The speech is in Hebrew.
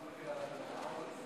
אדוני היושב-ראש,